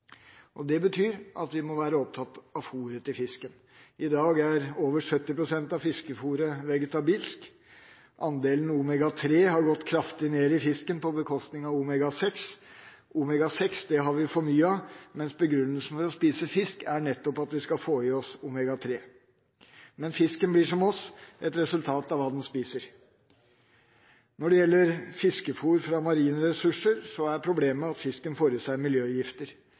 kvalitet. Det betyr at vi må være opptatt av fôret til fisken. I dag er over 70 pst. av fiskefôret vegetabilsk. Andelen omega 3 i fisken har gått kraftig ned på bekostning av omega 6. Omega 6 har vi for mye av, mens begrunnelsen for å spise fisk nettopp er at vi skal få i oss omega 3. Men fisken blir som oss – et resultat av hva den spiser. Når det gjelder fiskefôr fra marine ressurser, er problemet at fisken får i seg miljøgifter.